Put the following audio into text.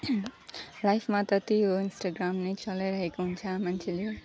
लाइफमा त त्यही हो इन्स्टाग्राम नै चलाइरहेको हुन्छ मान्छेले